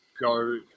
go